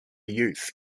youth